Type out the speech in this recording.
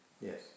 Yes